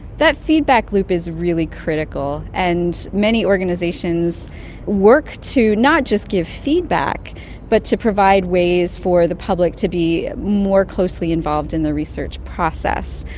that feedback loop is really critical, and many organisations work to not just give feedback but to provide ways for the public to be more closely involved in the research process.